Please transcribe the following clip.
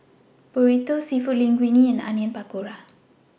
Burrito Seafood Linguine and Onion Pakora